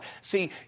See